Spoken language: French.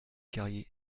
carrier